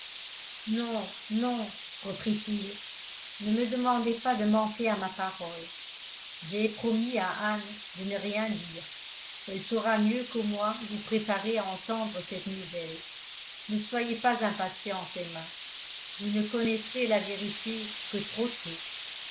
non non reprit-il ne me demandez pas de manquer à ma parole j'ai promis à anne de ne rien dire elle saura mieux que moi vous préparer à entendre cette nouvelle ne soyez pas impatiente emma vous ne connaîtrez la vérité que trop tôt